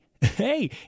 hey